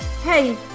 Hey